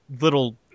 little